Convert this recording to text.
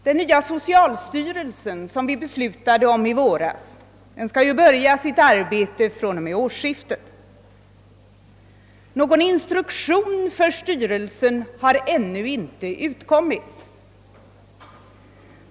Den nya socialstyrelsen, som vi beslutade om i våras, skall börja sitt arbete från och med årsskiftet. Någon instruktion för styrelsen har ännu inte utkommit.